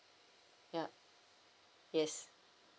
ya yes